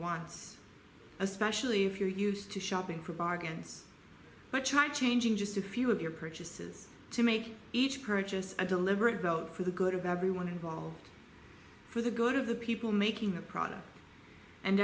especially if you're used to shopping for bargains but try changing just a few of your purchases to make each purchase a deliberate vote for the good of everyone involved for the good of the people making the product and